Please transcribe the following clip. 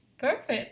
Perfect